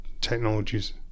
technologies